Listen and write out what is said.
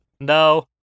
No